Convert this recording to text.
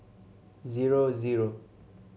zero zero